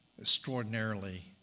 extraordinarily